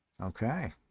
Okay